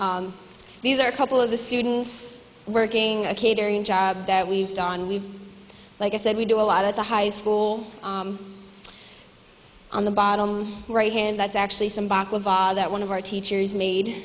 these are a couple of the students working a catering job that we've done we've like i said we do a lot of the high school on the bottom right hand that's actually some that one of our teachers made